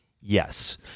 Yes